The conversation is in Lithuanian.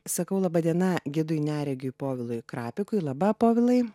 sakau laba diena gidui neregiui povilui krapikui laba povilai